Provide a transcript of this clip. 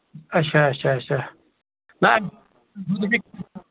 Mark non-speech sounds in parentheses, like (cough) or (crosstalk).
اَچھا اَچھا اَچھا اَچھا نہَ (unintelligible)